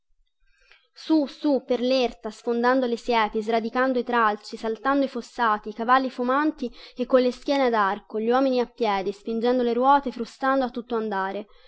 su su per lerta sfondando i solchi sradicando i tralci saltando i fossati i cavalli fumanti e colle schiene ad arco gli uomini a piedi spingendo le ruote frustando a tutto andare